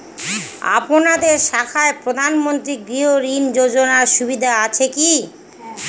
আপনাদের শাখায় প্রধানমন্ত্রী গৃহ ঋণ যোজনার সুবিধা আছে কি?